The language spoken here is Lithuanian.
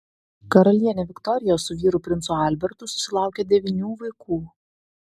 karalienė viktorija su vyru princu albertu susilaukė devynių vaikų